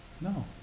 No